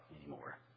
anymore